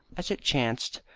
as it chanced,